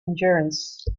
endurance